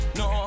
no